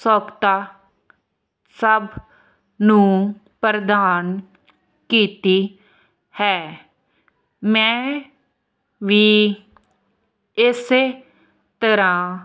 ਸੌਖਤਾ ਸਭ ਨੂੰ ਪ੍ਰਦਾਨ ਕੀਤੀ ਹੈ ਮੈਂ ਵੀ ਇਸੇ ਤਰ੍ਹਾਂ